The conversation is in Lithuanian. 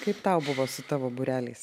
kaip tau buvo su tavo būreliais